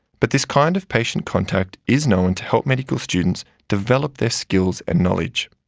but this kind of patient contact is known to help medical students develop their skills and knowledge.